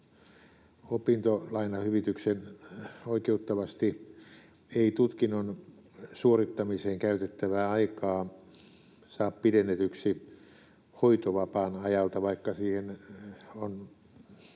opintolainahyvityksen oikeuttavasti ei tutkinnon suorittamiseen käytettävää aikaa saa pidennetyksi hoitovapaan ajalta, vaikka siihen on